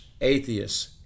atheists